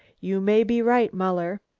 you may be right, muller.